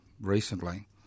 recently